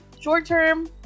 Short-term